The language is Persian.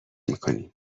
میکنیم